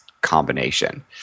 combination